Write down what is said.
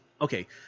okay